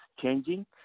changing